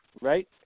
right